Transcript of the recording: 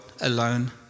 alone